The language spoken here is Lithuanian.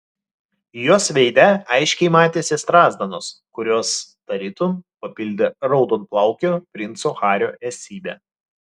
jos veide aiškiai matėsi strazdanos kurios tarytum papildė raudonplaukio princo hario esybę